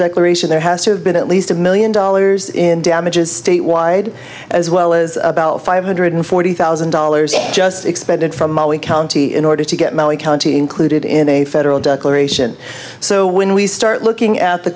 declaration there has been at least a million dollars in damages statewide as well as about five hundred forty thousand dollars just expended from mali county in order to get my county included in a federal decoration so when we start looking at the